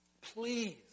please